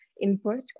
input